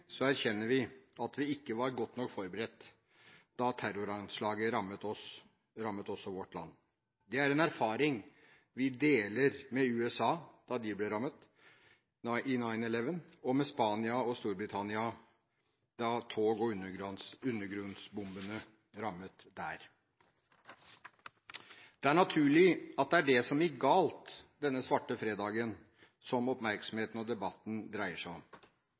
erkjenner vi at vi ikke var godt nok forberedt da terroranslaget rammet oss og vårt land. Det er en erfaring vi deler med USA, da de ble rammet 11. september 2001, og med Spania og Storbritannia, da tog- og undergrunnsbombene rammet der. Det er naturlig at oppmerksomheten og debatten dreier seg om det som gikk galt denne svarte fredagen. Konsekvensene var så omfattende og